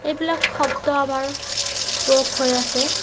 এইবিলাক শব্দ আমাৰ প্ৰয়োগ হৈ আছে